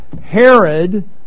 Herod